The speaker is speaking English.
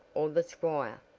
or the squire?